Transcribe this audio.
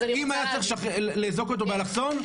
אם היה צריך לאזוק אותו באלכסון,